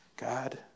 God